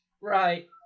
right